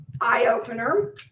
eye-opener